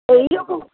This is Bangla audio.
এইরকম